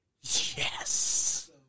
Yes